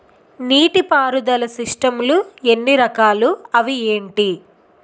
నీటిపారుదల సిస్టమ్ లు ఎన్ని రకాలు? అవి ఏంటి?